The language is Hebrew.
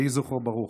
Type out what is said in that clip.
יהי זכרו ברוך.